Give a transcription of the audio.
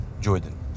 Jordan